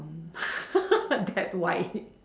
that wide